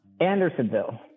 andersonville